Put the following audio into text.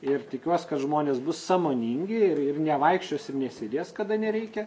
ir tikiuos kad žmonės bus sąmoningi ir ir nevaikščios ir nesėdės kada nereikia